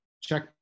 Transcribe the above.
check